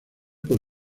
por